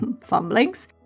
fumblings